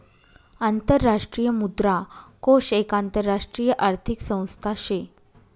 आंतरराष्ट्रीय मुद्रा कोष एक आंतरराष्ट्रीय आर्थिक संस्था शे